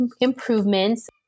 improvements